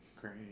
Great